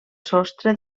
sostre